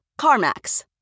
CarMax